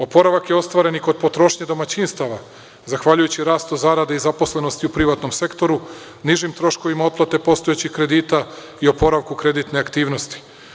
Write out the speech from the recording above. Oporavak je ostvaren i kod potrošnje domaćinstava zahvaljujući rastu zarada i zaposlenosti u privatnom sektoru, nižim troškovima otplate postojećih kredita i oporavku kreditne aktivnosti.